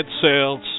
sales